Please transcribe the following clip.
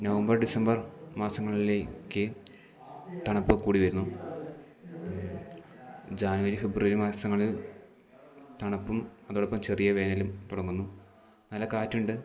November December മാസങ്ങളിലേക്ക് തണുപ്പ് കൂടിവരുന്നു ജാനുവരി ഫെബ്രുവരി മാസങ്ങളിൽ തണുപ്പും അതോടൊപ്പം ചെറിയ വേനലും തുടങ്ങുന്നു നല്ല കാറ്റുണ്ട്